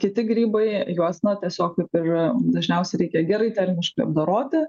kiti grybai juos na tiesiog kaip ir dažniausiai reikia gerai termiškai apdoroti